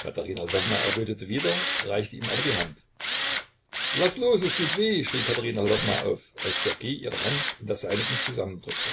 katerina lwowna errötete wieder reichte ihm aber die hand laß los es tut weh schrie katerina lwowna auf als ssergej ihre hand in der seinigen zusammendrückte